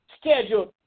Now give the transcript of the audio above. scheduled